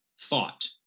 thought